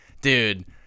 dude